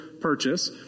purchase